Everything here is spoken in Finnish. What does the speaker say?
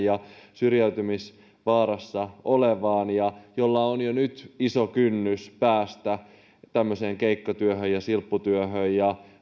ja syrjäytymisvaarassa oleviin joilla on jo nyt iso kynnys päästä keikkatyöhön ja silpputyöhön ja